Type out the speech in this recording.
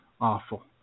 awful